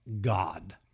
god